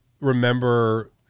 remember